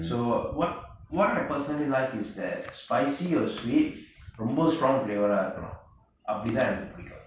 um so what what I personally like is that spicy or sweet ரொம்ப:romba strong flavour இருக்கனும் அப்படி தான் எனக்கு பிடிக்கும்:irukanum appadi thaan enakku pidikum